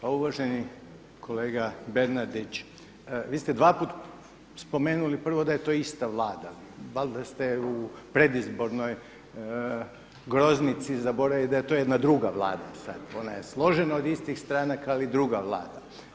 Pa uvaženi kolega Bernardić, vi ste dva puta spomenuli prvo da je to ista Vlada, valjda ste u predizbornoj groznici zaboravili da je to jedna druga Vlada sad, ona je složena od istih stranaka ali druga Vlada.